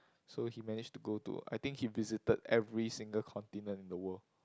so he managed to go to I think he visited every single continent in the world